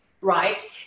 right